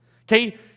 Okay